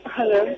Hello